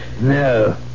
No